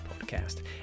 podcast